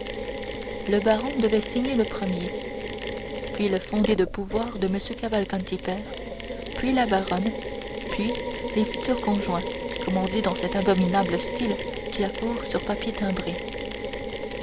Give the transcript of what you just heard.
le baron devait signer le premier puis le fondé de pouvoir de m cavalcanti père puis la baronne puis les futurs conjoints comme on dit dans cet abominable style qui a cours sur papier timbré